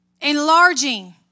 enlarging